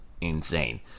insane